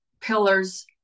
pillars